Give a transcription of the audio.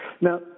Now